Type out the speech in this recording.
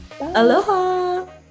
aloha